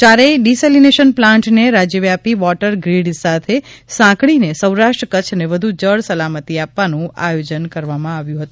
યારેય desalination પ્લાન્ટને રાજ્યવ્યાપી water grid સાથે સાંકળીને સૌરાષ્ટ્ર કચ્છને વધુ જળ સલામતિ આપવાનું આયોજન છે